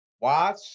Watch